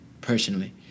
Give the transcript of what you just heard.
personally